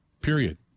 Period